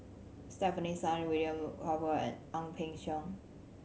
Stefanie Sun William Farquhar and Ang Peng Siong